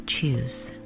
choose